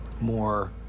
more